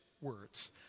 words